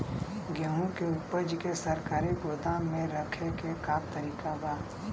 गेहूँ के ऊपज के सरकारी गोदाम मे रखे के का तरीका बा?